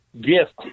gift